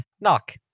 knock